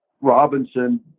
Robinson